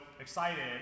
excited